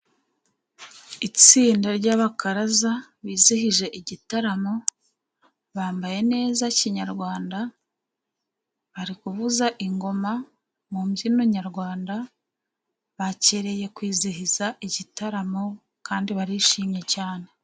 Itsinda ry'abakaraza bizihije igitaramo, bambaye neza kinyarwanda, bari kuvuza ingoma, mu mbyino nyarwanda, bakereye kwizihiza igitaramo, kandi barishimye cyane.